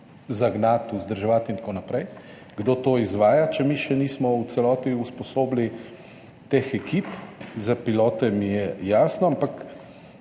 zagnati, vzdrževati in tako naprej. Kdo to izvaja, če mi še nismo v celoti usposobili teh ekip? Za pilote mi je jasno, ampak